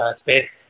space